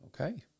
Okay